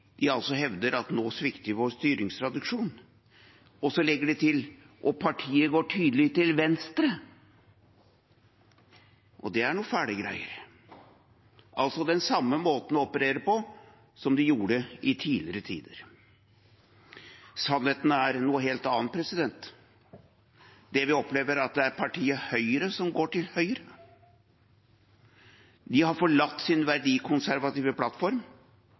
er altså en tydelig historisk tråd fra den tiden og fram til denne debatten, fordi de hevder at vi nå svikter vår styringstradisjon. Så legger de til: Og partiet går tydelig til venstre. Det er noen fæle greier. Dette er altså den samme måten å operere på som de gjorde i tidligere tider. Sannheten er noe helt annet. Det vi opplever, er at det er partiet Høyre som går til høyre. De